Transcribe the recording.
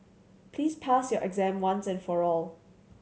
please pass your exam once and for all